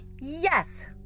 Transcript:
Yes